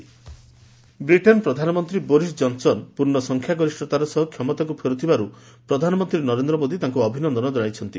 PM Boris Johnson Britain ପ୍ରଧାନମନ୍ତ୍ରୀ Boris Johnson ପୂର୍ଣ୍ଣ ସଂଖଖ୍ୟାଗରିଷ୍ଠତାର ସହ କ୍ଷମତାକୁ ଫେରୁଥିବାରୁ ପ୍ରଧାନମନ୍ତ୍ରୀ ନରେନ୍ଦ୍ର ମୋଦି ତାଙ୍କୁ ଅଭିନନ୍ଦନ ଜଣାଇଛନ୍ତି